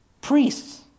priests